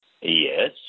Yes